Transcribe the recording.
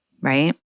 right